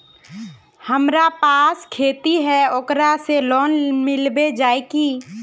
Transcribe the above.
हमरा पास खेती है ओकरा से लोन मिलबे जाए की?